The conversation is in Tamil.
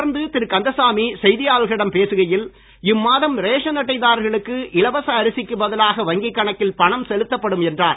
தொடர்ந்து திரு கந்தசாமி செய்தியாளர்களிடம் இம்மாதம் ரேஷன் அட்டைதாரர்களுக்கு இலவச அரிசிக்கு பதிலாக வங்கி கணக்கில் பணம் செலுத்தப்படும் என்றார்